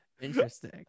Interesting